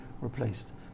replaced